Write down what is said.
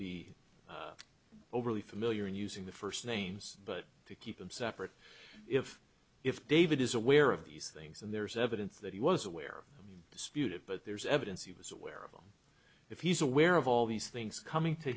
be overly familiar and using the first names but to keep them separate if if david is aware of these things and there's evidence that he was aware of them disputed but there's evidence he was aware of them if he's aware of all these things coming to